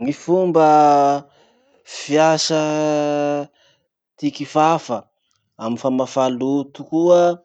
Ny fomba fiasa ty kifafa amy famafa loto koa.